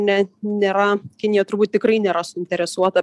ne nėra kinija turbūt tikrai nėra suinteresuota